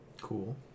cool